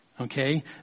Okay